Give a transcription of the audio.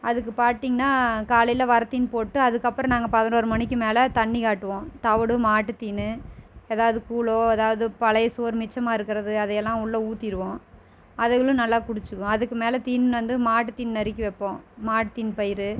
அதுக்குப் பாட்டிங்கனால் காலையில் வரத்தீனி போட்டு அதுக்கப்புறம் நாங்கள் பதினோரு மணிக்கு மேலே தண்ணி காட்டுவோம் தவிடு மாட்டுத்தீனி எதாவது கூழ் எதாவது பழையசோறு மிச்சமாக இருக்கிறது அதையெல்லாம் உள்ள ஊற்றிடுவோம் அதுங்களும் நல்லா குடிச்சிக்கும் அதுக்கு மேலே தீனி வந்து மாட்டுத்தீனி நறுக்கி வைப்போம் மாட்டுத்தீனி பயிர்